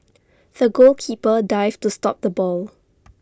the goalkeeper dived to stop the ball